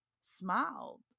smiled